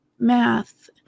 math